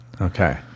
okay